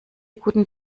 guten